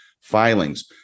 filings